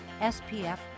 SPF